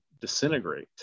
disintegrate